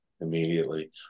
immediately